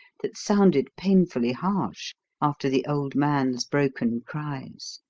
that sounded painfully harsh after the old man's broken cries,